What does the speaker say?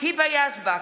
היבה יזבק,